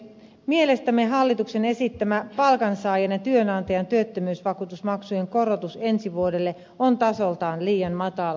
mielestämme hallituksen esittämä palkansaajan ja työnantajan työttömyysvakuutusmaksujen korotus ensi vuodelle on tasoltaan liian matala